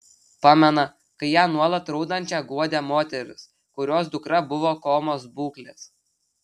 pamena kai ją nuolat raudančią guodė moteris kurios dukra buvo komos būklės